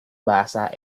bahasa